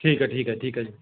ਠੀਕ ਆ ਠੀਕ ਆ ਠੀਕ ਆ ਜੀ